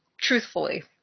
truthfully